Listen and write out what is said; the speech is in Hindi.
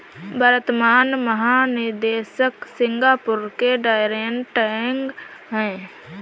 वर्तमान महानिदेशक सिंगापुर के डैरेन टैंग हैं